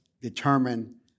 determine